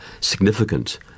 significant